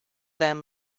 them